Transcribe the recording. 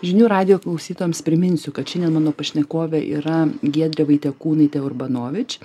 žinių radijo klausytojams priminsiu kad šiandien mano pašnekovė yra giedrė vaitekūnaitė urbanovič